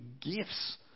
gifts